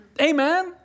Amen